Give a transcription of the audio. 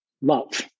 Love